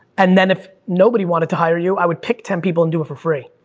and then, if nobody wanted to hire you, i would pick ten people and do it for free.